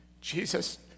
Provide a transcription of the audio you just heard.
Jesus